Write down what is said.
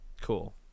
Cool